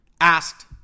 asked